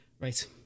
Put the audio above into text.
right